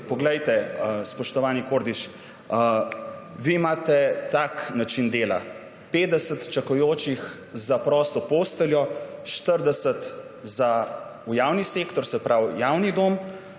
Poglejte, spoštovani Kordiš, vi imate tak način dela, ko je 50 čakajočih za prosto posteljo, in sicer 40 za v javni sektor, se pravi javni dom,